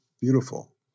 beautiful